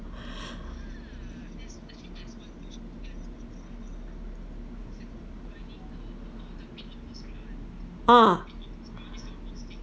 ah